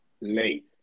late